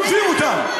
רודפים אותם.